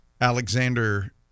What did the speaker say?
Alexander